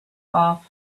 off